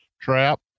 trap